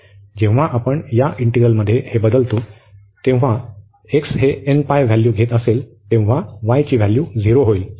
जेव्हा आपण या इंटिग्रल मध्ये हे बदलतो तेव्हा जेव्हा x हे व्हॅल्यू घेत असेल तेव्हा y ची व्हॅल्यू झिरो होईल